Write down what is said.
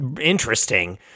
interesting